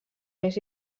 més